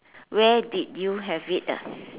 where did you have it ah